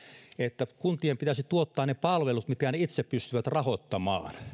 että kuntien pitäisi tuottaa ne palvelut mitkä ne itse pystyvät rahoittamaan